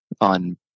on